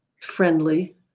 friendly